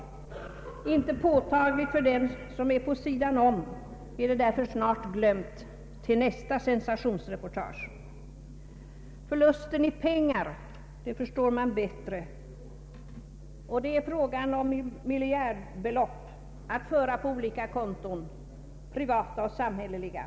Då det inte är påtagligt för dem som står vid sidan om, är det snart glömt — till nästa sensationsresultat. Förlusten i pengar förstår man bättre. Det är fråga om miljardbelopp att föra på olika konton, privata och samhälleliga.